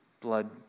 Blood